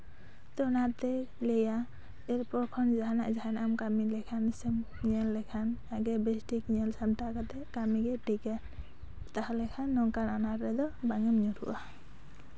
ᱟᱫᱚ ᱚᱱᱟᱛᱤᱧ ᱞᱟᱹᱭᱟ ᱮᱨᱯᱚᱨ ᱠᱷᱚᱱ ᱡᱟᱦᱟᱸᱱᱟᱜ ᱡᱟᱦᱟᱸᱱᱟᱜ ᱮᱢ ᱠᱟᱹᱢᱤ ᱞᱮᱠᱷᱟᱱ ᱥᱮ ᱧᱮᱞ ᱞᱮᱠᱷᱟᱱ ᱟᱜᱮ ᱵᱮᱥ ᱴᱷᱤᱠ ᱧᱮᱞ ᱥᱟᱢᱴᱟᱣ ᱠᱟᱛᱮ ᱠᱟᱹᱢᱤ ᱜᱮ ᱴᱷᱤᱠᱟ ᱛᱟᱦᱚᱞᱮ ᱠᱷᱟᱱ ᱱᱚᱝᱠᱟᱱ ᱟᱱᱟᱴ ᱨᱮᱫᱚ ᱵᱟᱝᱮᱢ ᱧᱩᱨᱩᱜᱼᱟ